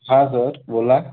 हां सर बोला